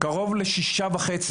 קרוב לשישה וחצי.